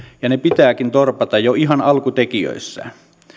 ja ne pitääkin torpata jo ihan alkutekijöissään